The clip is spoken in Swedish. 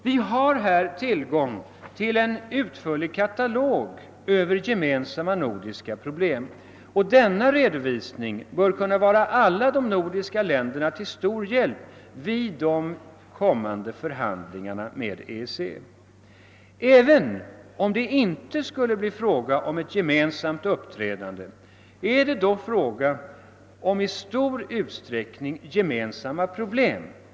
Vi har i den tillgång till en utförlig katalog över gemensamma nordiska problem, och denna redovisning bör kunna vara alla de nordiska länderna till stor hjälp vid kommande förhandlingar med EEC. även om det inte skulle bli fråga om ett gemensamt uppträdande, så gäller det i stor utsträckning gemensamma problem.